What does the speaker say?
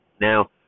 Now